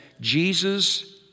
Jesus